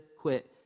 quit